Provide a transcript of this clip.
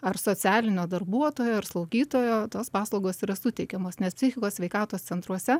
ar socialinio darbuotojo ar slaugytojo tos paslaugos yra suteikiamos nes psichikos sveikatos centruose